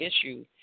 issue